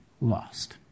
lost